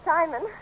Simon